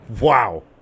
Wow